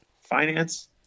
finance